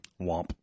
Womp